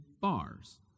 bars